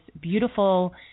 beautiful